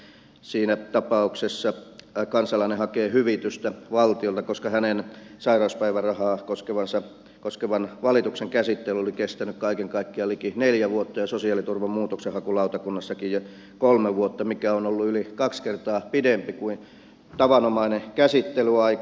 siinä tapauksessa kansalainen hakee hyvitystä valtiolta koska hänen sairauspäivärahaa koskevan valituksensa käsittely oli kestänyt kaiken kaikkiaan liki neljä vuotta ja sosiaaliturvan muutoksenhakulautakunnassakin jo kolme vuotta mikä on ollut yli kaksi kertaa pidempi kuin tavanomainen käsittelyaika